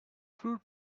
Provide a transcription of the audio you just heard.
fruit